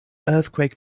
earthquake